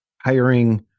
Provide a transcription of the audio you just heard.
hiring